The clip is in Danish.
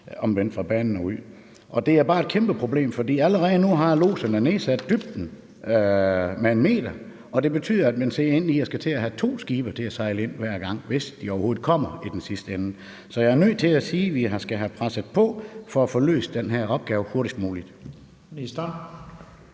skal fra banen og ud. Det er bare et kæmpeproblem, for allerede nu har lodserne nedsat dybden med 1 m, og det betyder, at man ser ind i at skulle have to skibe til at sejle ind hver gang, hvis de overhovedet kommer i den sidste ende. Så jeg er nødt til at sige, at vi skal have presset på for at få løst den her opgave hurtigst muligt.